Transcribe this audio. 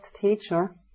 teacher